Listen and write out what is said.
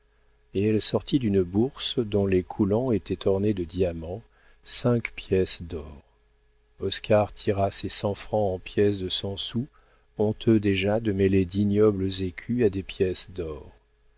et elle sortit d'une bourse dont les coulants étaient ornés de diamants cinq pièces d'or oscar tira ses cent francs en pièces de cent sous honteux déjà de mêler d'ignobles écus à des pièces d'or